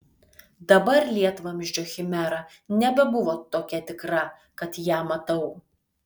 dabar lietvamzdžio chimera nebebuvo tokia tikra kad ją matau